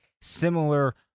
similar